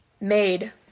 Made